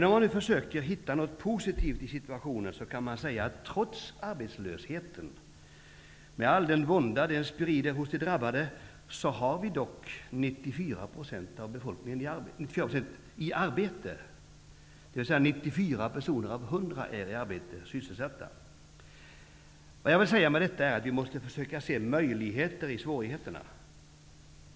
Om man försöker finna något positivt i situationen, arbetslösheten till trots med all den vånda som den sprider hos de drabbade, har vi dock 94 % av befolkningen i arbete, dvs. 94 personer av 100 är sysselsatta. Vad jag vill säga med detta är att vi måste försöka se möjligheter i svårigheterna.